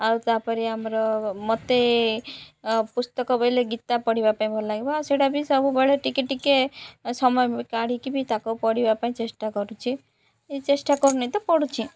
ଆଉ ତାପରେ ଆମର ମତେ ପୁସ୍ତକ ବୋଇଲେ ଗୀତା ପଢ଼ିବା ପାଇଁ ଭଲ ଲାଗିବ ଆଉ ସେଇଟା ବି ସବୁବେଳେ ଟିକେ ଟିକେ ସମୟ କାଢ଼ିକି ବି ତାକୁ ପଢ଼ିବା ପାଇଁ ଚେଷ୍ଟା କରୁଛି ଚେଷ୍ଟା କରୁନି ତ ପଢ଼ୁଛି